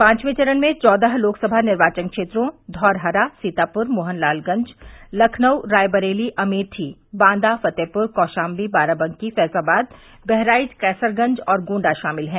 पांचवें चरण में चौदह लोकसभा निर्वाचन क्षेत्रों धौरहरा सीतापुर मोहनलालगंज लखनऊ रायबरेली अमेठी बांदा फतेहपुर कौशाम्बी बाराबंकी फैज़ाबाद बहराइच कैसरगंज और गोण्डा शामिल हैं